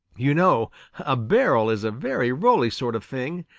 you know a barrel is a very rolly sort of thing,